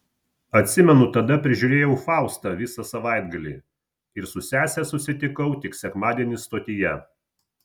atsimenu tada prižiūrėjau faustą visą savaitgalį ir su sese susitikau tik sekmadienį stotyje